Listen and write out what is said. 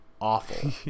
awful